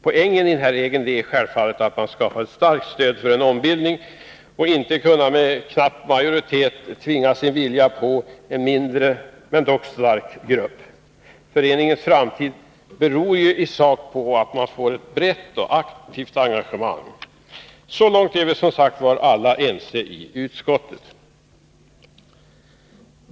Poängen i regeln är självfallet att man skall ha ett starkt stöd för en ombildning och inte kunna med knapp majoritet tvinga sin vilja på en mindre men stark grupp. Föreningens framtid beror ju i sak på att man får ett brett och aktivt engagemang. Så långt är vi, som sagt, alla ense i utskottet.